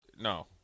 No